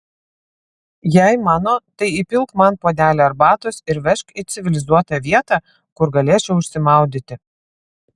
jei mano tai įpilk man puodelį arbatos ir vežk į civilizuotą vietą kur galėčiau išsimaudyti